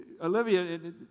Olivia